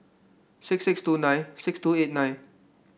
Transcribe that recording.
six six two nine six two eight nine